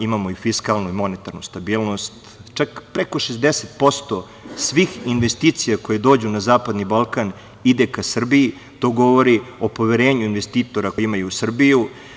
Imamo i fiskalnu i monetarnu stabilnost, čak preko 60% svih investicija koje dođu na zapadni Balkan ide ka Srbiji, to govori o poverenju investitora koji imaju u Srbiju.